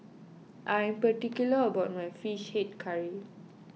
I am particular about my Fish Head Curry